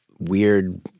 weird